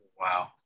wow